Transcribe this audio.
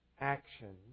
action